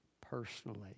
personally